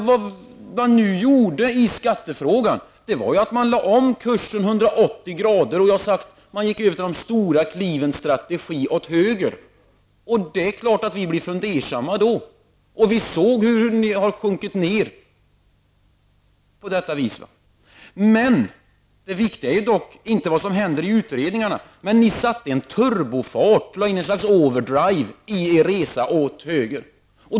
Vad man nu gjorde i skattefrågan var att lägga om kursen 180 grader; man gick över till de stora klivens strategi, åt höger. Det är klart att vi blev fundersamma då. Vi såg hur ni sjönk på detta vis. Det viktiga är dock inte vad som händer i utredningarna. Men ni satte en turbofart, lade in ett slags overdrive i er resa, åt höger.